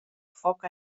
foc